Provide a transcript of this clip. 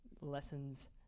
lessons